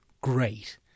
great